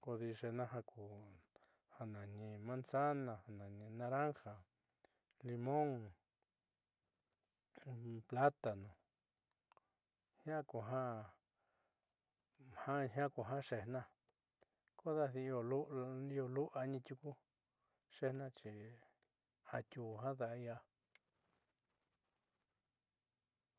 Kodi xe'ejna jaku ja nani manzana, ja nani naranja, limón, plátano, jiaa kujo xe'ejna kodejadi io lu'ua ni xeéjna xi atiuu jiaa daai'ia.